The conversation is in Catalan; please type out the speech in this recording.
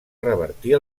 revertir